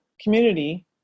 community